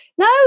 No